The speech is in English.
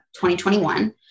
2021